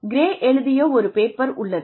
grey எழுதிய ஒரு paper உள்ளது